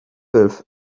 puffs